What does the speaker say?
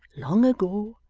long ago,